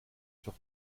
sur